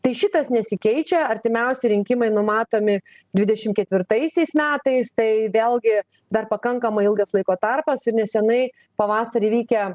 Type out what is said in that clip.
tai šitas nesikeičia artimiausi rinkimai numatomi dvidešim ketvirtaisiais metais tai vėlgi dar pakankamai ilgas laiko tarpas ir nesenai pavasarį vykę